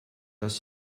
dass